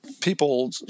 people